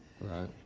Right